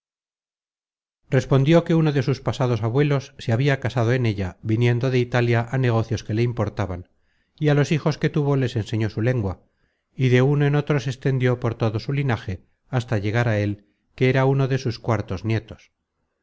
respondió que uno de sus pasados abuelos se habia casado en ella viniendo de italia á negocios que le importaban y á los hijos que tuvo les enseñó su lengua y de uno en otro se extendió por todo su linaje hasta llegar á él que era uno de sus cuartos nietos